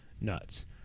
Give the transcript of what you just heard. nuts